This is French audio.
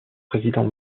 président